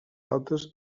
altres